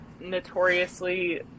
notoriously